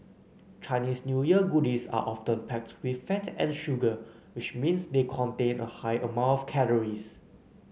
Chinese New Year goodies are often packed with fat and sugar which means they contain a high amount of calories